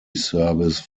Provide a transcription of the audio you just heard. service